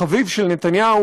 החביב של נתניהו,